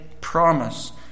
promise